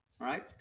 Right